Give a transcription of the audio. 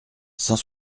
cent